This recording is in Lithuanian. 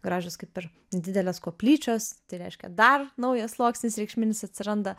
gražios kaip ir didelės koplyčios tai reiškia dar naujas sluoksnis reikšminis atsiranda